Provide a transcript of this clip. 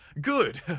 Good